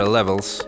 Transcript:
Levels